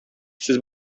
сез